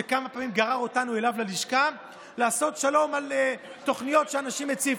שכמה פעמים גרר אותנו אליו ללשכה לעשות שלום על תוכניות שאנשים הציפו.